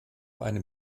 einem